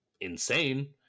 insane